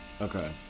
Okay